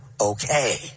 okay